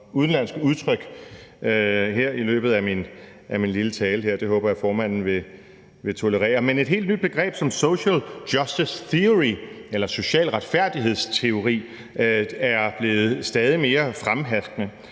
udenlandske udtryk her i løbet af min lille tale, og det håber jeg at formanden vil tolerere. Men et helt nyt begreb som social justice theory eller social retfærdighedsteori er blevet stadig mere fremherskende,